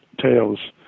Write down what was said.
tales